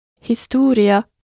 Historia